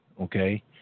Okay